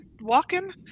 walking